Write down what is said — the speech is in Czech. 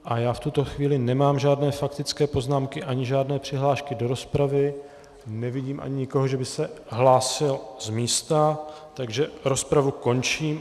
A já v tuto chvíli nemám žádné faktické poznámky ani žádné přihlášky do rozpravy, nevidím ani nikoho, že by se hlásil z místa, takže rozpravu končím.